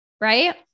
right